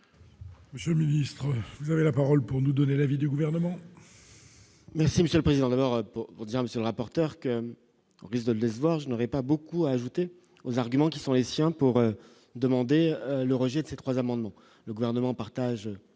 particulier. Je ministre vous avez la parole pour nous donner l'avis du gouvernement. Merci Monsieur le Président, l'Europe vous dire monsieur le rapporteur, que laisse de l'espoir, je n'aurais pas beaucoup, a ajouté aux arguments qui sont les siens pour demander le rejet de ces 3 amendements le gouvernement partage